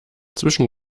zwischen